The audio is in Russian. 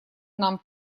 нам